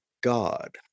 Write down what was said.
God